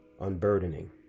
unburdening